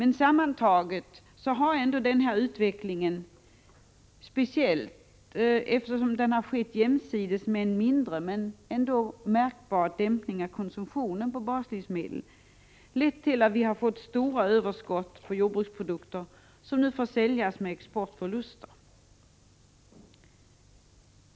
Sammantaget har ändå utvecklingen — speciellt eftersom den har skett jämsides med en mindre men ändå märkbar dämpning av konsumtionen av baslivsmedel — lett till att vi fått stora överskott på jordbruksprodukter, som nu får säljas med exportförluster.